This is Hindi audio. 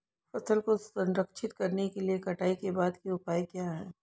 फसल को संरक्षित करने के लिए कटाई के बाद के उपाय क्या हैं?